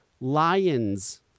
lions